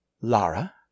Lara